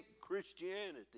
christianity